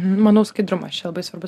manau skaidrumas čia labai svarbus